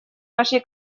нашей